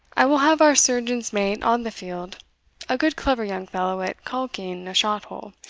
i will have our surgeon's mate on the field a good clever young fellow at caulking a shot-hole.